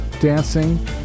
dancing